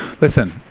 Listen